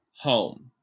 home